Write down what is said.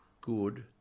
good